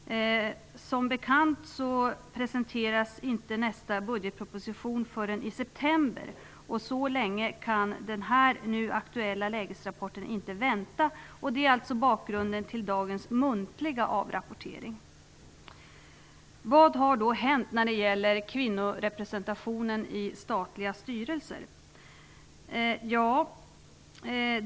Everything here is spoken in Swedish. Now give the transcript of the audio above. Som bekant presenteras inte nästa budgetproposition förrän i september. Så länge kan den här nu aktuella lägesrapporten inte vänta. Det är alltså bakgrunden till dagens muntliga avrapportering. Vad har då hänt när det gäller kvinnorepresentationen med statliga styrelser?